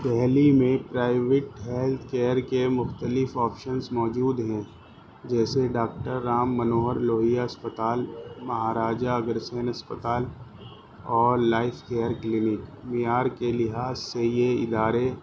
دہلی میں private health care کے مختلف آپشنز موجود ہیں جیسے ڈاکٹر رام منوہر لوہیا اسپتال مہاراجہ اگرسین اسپتال اور لائف کیئر کلینک بہار کے لحاظ سے یہ ادارے